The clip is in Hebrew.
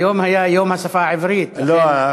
היום היה יום השפה העברית, לכן, לא.